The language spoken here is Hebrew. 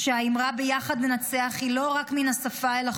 שהאמרה "ביחד ננצח" היא לא רק מן השפה אל החוץ.